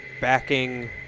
Backing